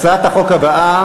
הצעת החוק הבאה: